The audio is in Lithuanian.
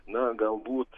na galbūt